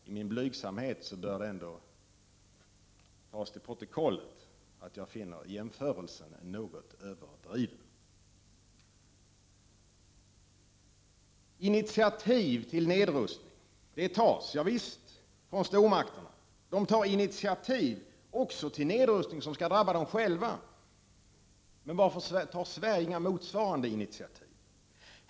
I min blygsamhet bör det ändå tas till protokollet att jag finner jämförelsen något överdriven. Initiativ till nedrustning tas från stormakterna — javisst, de tar initiativ också till en nedrustning som skall drabba dem själva. Men varför tar Sverige inga motsvarande initiativ?